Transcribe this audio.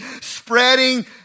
spreading